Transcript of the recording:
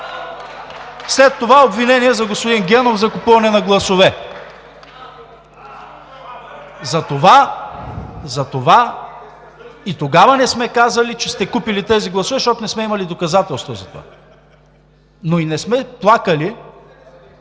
След това обвинения за господин Генов за купуване на гласове! (Шум и реплики.) И тогава не сме казали, че сте купили тези гласове, защото не сме имали доказателство за това. Но и не сме плакали,